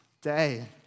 day